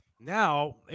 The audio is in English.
Now